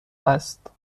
است